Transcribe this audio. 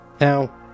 Now